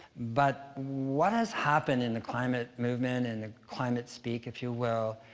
but what has happened in the climate movement and the climate speak, if you will,